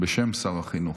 בשם שר החינוך.